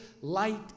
light